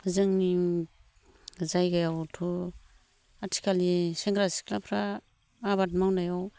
जोंनि जायगायावथ' आथिखालनि सेंग्रा सिख्लाफ्रा आबाद मावनायाव